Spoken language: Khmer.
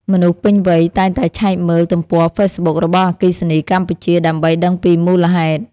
មនុស្សពេញវ័យតែងតែឆែកមើលទំព័រហ្វេសប៊ុករបស់អគ្គិសនីកម្ពុជា ដើម្បីដឹងពីមូលហេតុ។